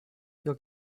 will